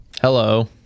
Hello